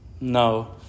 No